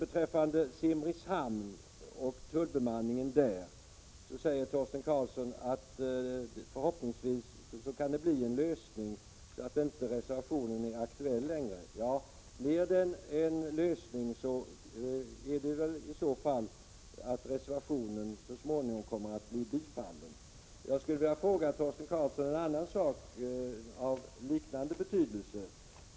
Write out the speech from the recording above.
Beträffande Simrishamn och tullbemanningen där säger Torsten Karlsson att det förhoppningsvis kan bli en lösning, så att reservationen inte längre är aktuell. Om det blir en lösning beror det väl i så fall på att reservationen så småningom kommer att bifallas. Jag skulle vilja fråga Torsten Karlsson en annan sak av liknande betydelse.